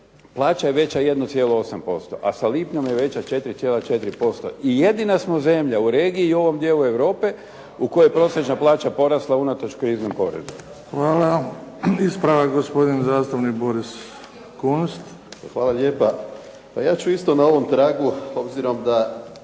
plaća je veća 1,8% a sa lipnjem je veća 4,4%. I jedina smo zemlja u regiji i u ovom dijelu Europe u kojoj je prosjećna plaća porasla unatoč kriznom porezu. **Bebić, Luka (HDZ)** Hvala. Ispravak gospodin zastupnik Boris Kunst. **Kunst, Boris (HDZ)** Hvala lijepa. Pa ja ću isto na ovom tragu obzirom da